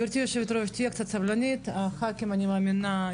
תגידי תודה שנולך לך בן ולא בת כי למציאות שאנחנו מתקדמים